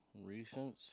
recent